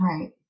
Right